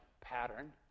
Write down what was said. pattern